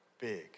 big